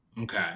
Okay